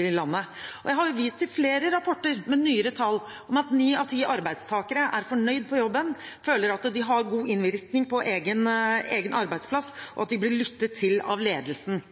i landet. Jeg har vist til flere rapporter med nyere tall om at ni av ti arbeidstakere er fornøyd på jobben, føler at de har god innvirkning på egen arbeidsplass, og at de blir lyttet til av ledelsen.